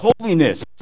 holiness